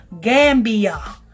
Gambia